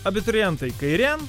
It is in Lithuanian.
abiturientai kairėn